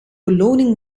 beloning